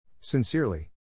Sincerely